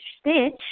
Stitch